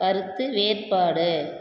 கருத்து வேறுபாடு